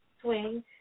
swing